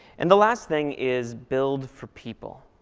and the last thing is build for people.